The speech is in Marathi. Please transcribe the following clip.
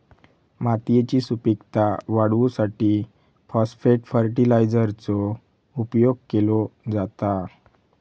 मातयेची सुपीकता वाढवूसाठी फाॅस्फेट फर्टीलायझरचो उपयोग केलो जाता